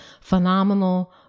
phenomenal